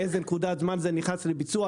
באיזו נקודת זמן זה נכנס לביצוע.